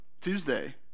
Tuesday